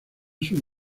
sus